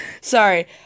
Sorry